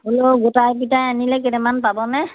হ'লেও গোটাই পিটাই আনিলে কেইটামান পাবনে